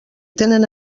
tenen